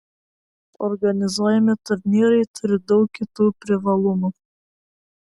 organizuojami turnyrai turi daug kitų privalumų